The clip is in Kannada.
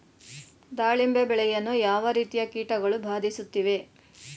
ದಾಳಿಂಬೆ ಬೆಳೆಯನ್ನು ಯಾವ ರೀತಿಯ ಕೀಟಗಳು ಬಾಧಿಸುತ್ತಿವೆ?